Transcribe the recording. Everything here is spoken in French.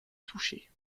touché